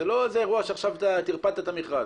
זה לא איזה אירוע שעכשיו טרפדת את המכרז.